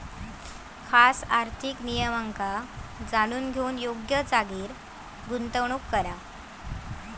खास आर्थिक नियमांका जाणून घेऊन योग्य जागेर गुंतवणूक करा